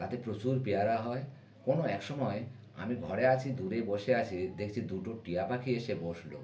তাতে প্রচুর পেয়ারা হয় কোনো এক সময় আমি ঘরে আছি দূরে বসে আছি দেখছি দুটো টিয়া পাখি এসে বসল